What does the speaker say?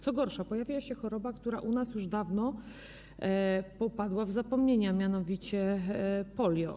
Co gorsza, pojawiła się choroba, która u nas już dawno popadła w zapomnienie, mianowicie polio.